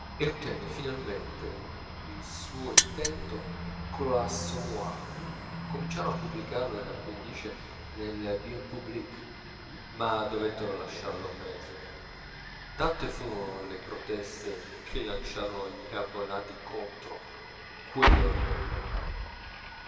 e ottenne finalmente il suo intento coll'assommoir cominciarono a pubblicarlo in appendice nel bien public ma dovettero lasciarlo a mezzo tante furono lo proteste che lanciarono gli abbonati contro